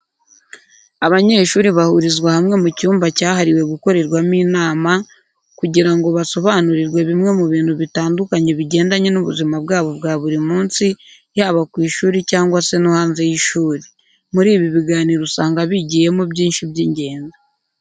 Abanyeshuri bahurizwa hamwe mu cyumba cyahariwe gukorerwamo inama, kugira ngo basobanurirwe bimwe mu bintu bitandukanye bigendanye n'ubuzima bwabo bwa buri munsi, yaba ku ishuri cyangwa se no hanze y'ishuri. Muri ibi biganiro usanga bigiyemo byinshi by'ingenzi.